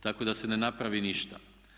Tako da se ne napravi ništa.